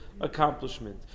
accomplishment